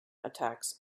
attacks